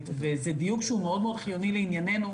וזה דיון שהוא מאוד מאוד חיוני לענייננו.